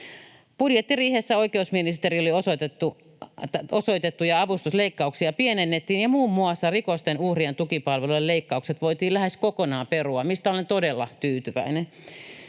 Budjettiriihessä oikeusministeriölle osoitettuja avustusleikkauksia pienennettiin ja muun muassa rikosten uhrien tukipalveluiden leikkaukset voitiin lähes kokonaan perua, mistä olen todella tyytyväinen.